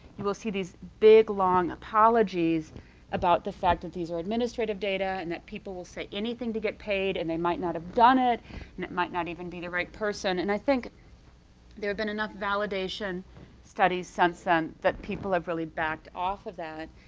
you will see these big long apologies about the fact that these were administrative data and that people will say anything to get paid, and they might not have done it, and it might not even be the right person. and i think there have been enough validation studies since then that people have really backed off of that.